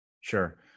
sure